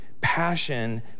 passion